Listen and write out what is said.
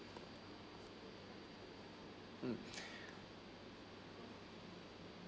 mm